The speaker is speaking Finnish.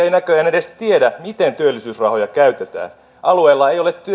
ei näköjään edes tiedä miten työllisyysrahoja käytetään alueilla ei ole